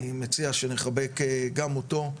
אני מציע שנחבק גם אותו,